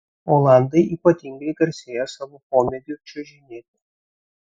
olandai ypatingai garsėja savo pomėgiu čiuožinėti